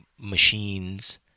machines